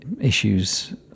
issues